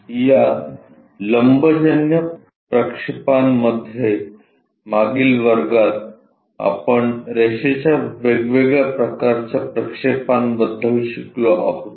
या लंबजन्य प्रक्षेपांमध्ये मागील वर्गात आपण रेषेच्या वेगवेगळ्या प्रकारच्या प्रक्षेपांबद्दल शिकलो आहोत